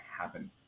happen